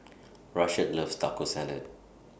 Rashad loves Taco Salad